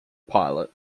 pilot